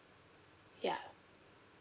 ya